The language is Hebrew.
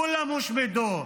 כולן הושמדו,